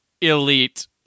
elite